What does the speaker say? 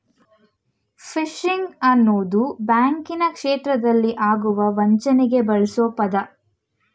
fishing ಅನ್ನೋದು ಬ್ಯಾಂಕಿನ ಕ್ಷೇತ್ರದಲ್ಲಿ ಆಗುವ ವಂಚನೆಗೆ ಬಳ್ಸೊ ಪದ